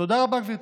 תודה רבה, גברתי.